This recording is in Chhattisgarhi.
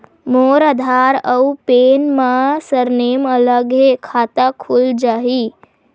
मोर आधार आऊ पैन मा सरनेम अलग हे खाता खुल जहीं?